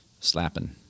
Slapping